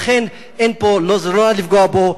לכן זה לא נועד לפגוע בו,